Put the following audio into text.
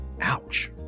Ouch